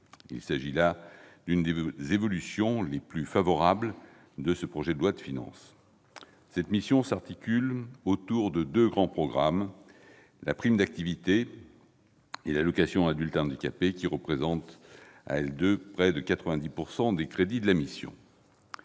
C'est l'une des évolutions les plus favorables de ce projet de loi de finances. Cette mission s'articule autour de deux grands programmes, mettant en oeuvre la prime d'activité et l'allocation aux adultes handicapés, qui représentent, à elles deux, près de 90 % des crédits de la mission.